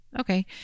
Okay